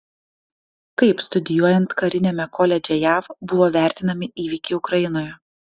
kaip studijuojant kariniame koledže jav buvo vertinami įvykiai ukrainoje